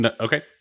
Okay